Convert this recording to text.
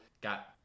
got